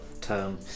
term